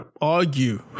argue